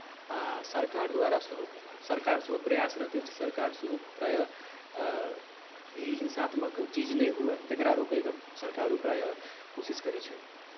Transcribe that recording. आ सरकार द्वारा सेहो सरकार सेहो प्रयासरत अछि सरकार सेहो प्रायः ई हिंसात्मक चीज नहि हुअए तकरा रोकयके सरकारो प्रायः कोशिश करैत छथि